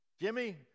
Jimmy